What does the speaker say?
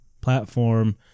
platform